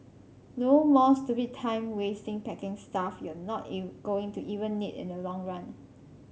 no more stupid time wasting packing stuff you're not going to even need in the long run